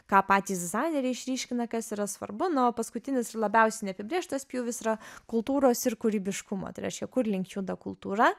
ką patys dizaineriai išryškina kas yra svarbu nu paskutinis labiausiai neapibrėžtas pjūvis yra kultūros ir kūrybiškumo tai reiškia kur link juda kultūra